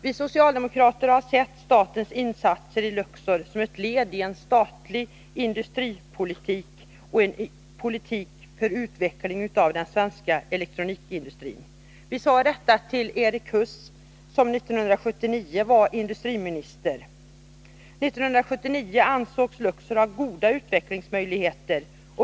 Vi socialdemokrater har sett statens insatser beträffande Luxor som ett led i en statlig industripolitik och en politik för utvecklingen av den svenska elektronikindustrin. Vi sade detta till Erik Huss, som 1979 var industriminister. 1979 ansågs Luxor ha goda utvecklingsmöjligheter.